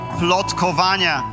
plotkowania